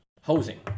hosing